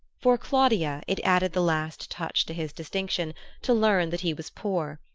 for claudia it added the last touch to his distinction to learn that he was poor,